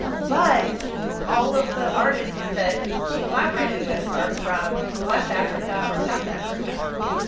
but all of the artists that she collaborated with are from west africa or south africa.